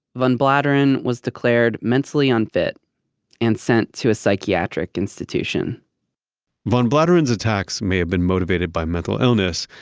van bladeren was declared mentally unfit and sent to a psychiatric institution van bladeren's attacks may have been motivated by mental illness,